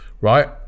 right